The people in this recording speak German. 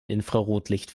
infrarotlicht